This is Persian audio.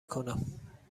کنم